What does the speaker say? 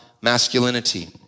masculinity